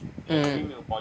mm